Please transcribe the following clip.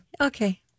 Okay